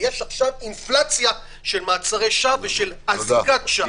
ויש עכשיו אינפלציה של מעצרי שווא ושל אזיקת שווא.